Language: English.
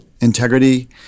integrity